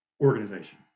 organization